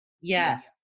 Yes